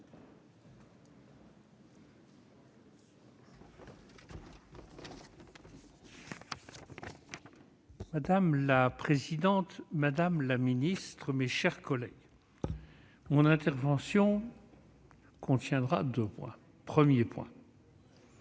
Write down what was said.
Madame la présidente, madame la ministre, mes chers collègues, mon intervention comprendra deux points. Premier point